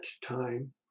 time